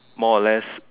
more or less